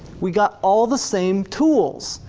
we got all the same tools.